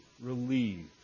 relieved